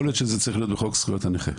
יכול להיות שזה צריך להיות בחוק זכויות הנכה.